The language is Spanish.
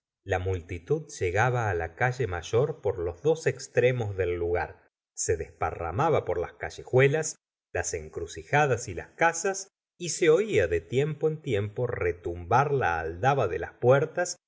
la multitud llegaba la calle mayor por los dos extremos del lugar se desparramaba por las callejuelas las encrucijadas y las casas y se oía de tiempo en tiempo retumbar la aldaba de las puertas